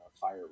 fire